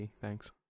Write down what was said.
Thanks